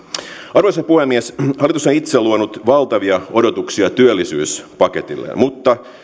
arvoisa puhemies hallitus on itse luonut valtavia odotuksia työllisyyspaketilleen mutta